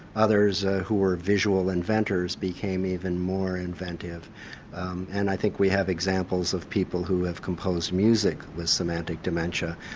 others ah who are visual inventors became even more inventive and i think we have examples of people who have composed music with semantic dementia,